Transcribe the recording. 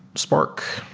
spark,